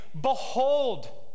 behold